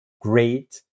great